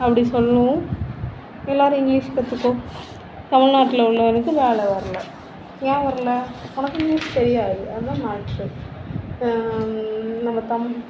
அப்படி சொல்லவும் எல்லாரும் இங்கிலீஷ் கற்றுக்கோ தமிழ்நாட்டில் உள்ளவனுக்கு வேலை வரல ஏன் வரல உனக்கு இங்கிலீஷ் தெரியாது அதுதான் மேட்டரு நமக்கு தமிழ்